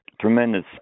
tremendous